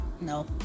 no